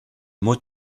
mot